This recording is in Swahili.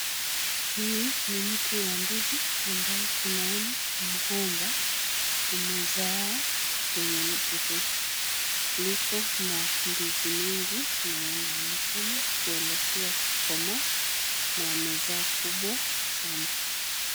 Hii ni mti wa ndizi ambao tunaona ni kwamba, umezee kwenye mti huu. Liko na ndizi mingi na inaonekana kuelekea kukomaa na amezaa kubwa sana.